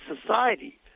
society